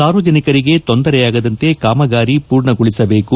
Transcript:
ಸಾರ್ವಜನಿಕರಿಗೆ ತೊಂದರೆಯಾಗದಂತೆ ಕಾಮಗಾರಿ ಪೂರ್ಣಗೊಳಸಬೇಕು